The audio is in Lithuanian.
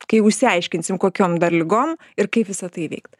kai jau išsiaiškinsim kokiom dar ligom ir kaip visa tai įveikt